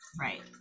right